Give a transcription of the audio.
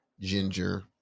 ginger